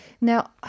Now